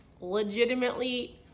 legitimately